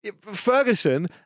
Ferguson